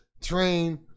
train